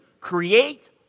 create